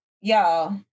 Y'all